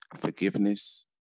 forgiveness